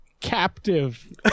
captive